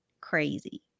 crazy